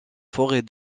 forêt